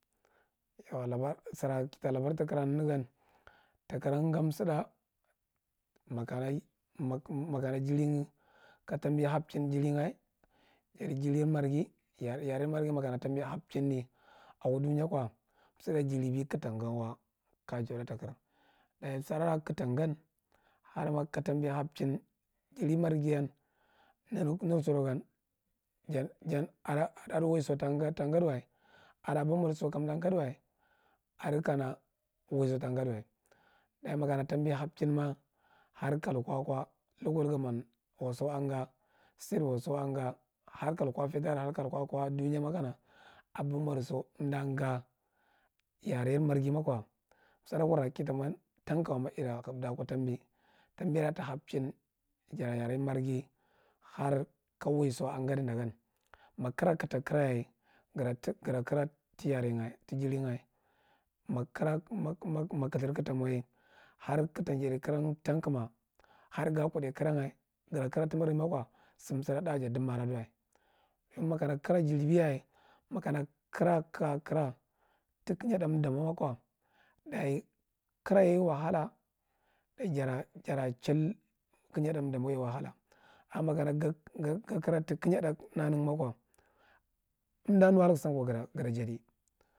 Yau labar sira kita labar takiran nene gan, takura gamsuda, makana makana jirin katambi hapchin jinin ga jinin marghi yri marghi makana tambi hapchine ako duya ko sudda jiribe kaja tanga ngwa ya jau thath ta kiran daye suddara kaga tangan har ma ka tambi hapchin jiri marghiyan neneghi saru gam jari jani adi waiso ta gadiwa adu abon madiso ta gawu adi kaana waiso ta gadiwa, dage makana tambi hapchinma daye ka lakwa local gamman waso aga state waso agan harkl kwa ki federal har kulkwakwa duya makana aboh madiso masa kana umda gar yere marghimako sudda kira kitagnan tikuma ita huwa akatambi, tmbira ta hapchin jara yere marghi ka waiso a gadi dagan, a kira kagu ta kira yaye gata kira tigir tiyeregha maga hiramaknak kuthur kagada mayaye har kagu tagidai kiram tan kuma har ga kudai kiran ti marghi mako zum sudda thath ja dumma ada duwa kira jiribiyaye makana kira kaga kira ti kiyadha umdi damako, daye kiraye wahala jara ehil kiyada umdidami ganye wahala umma kana gakira tikiya thaith gu timamim makowa unda nudaga samko gutajadi.